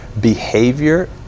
behavior